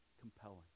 compelling